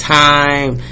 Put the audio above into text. time